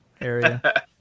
area